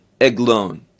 Eglon